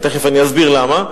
ותיכף אני אסביר למה,